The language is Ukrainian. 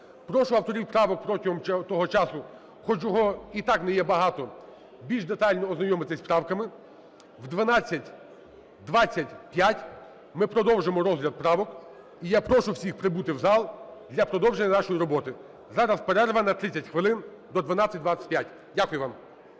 Прошу авторів правок протягом того часу, хоч його і так не є багато, більш детально ознайомитися з правками. В 12:25 ми продовжимо розгляд правок. І я прошу всіх прибути в зал для продовження нашої роботи. Зараз перерва на 30 хвилин до 12:25. Дякую вам.